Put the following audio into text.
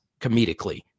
comedically